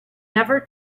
never